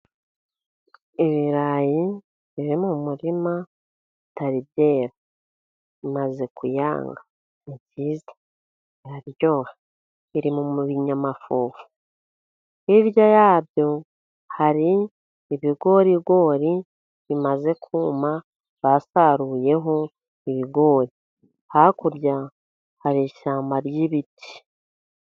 Ibirayi biri mu murima bitari byera, bimaze kuyanga. ni byiza, biraryoha, biri mu binyamafu. Hirya yabyo hari ibigorigori bimaze kuma basaruyeho ibigori. Hakurya hari ishyamba ry'ibiti.